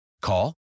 Call